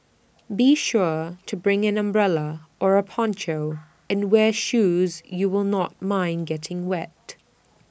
be sure to bring an umbrella or A poncho and wear shoes you will not mind getting wet